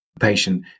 patient